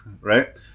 Right